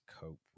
cope